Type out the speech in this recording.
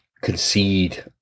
concede